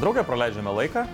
drauge praleidžiame laiką